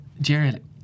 Jared